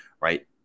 Right